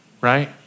right